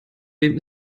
wem